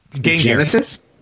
Genesis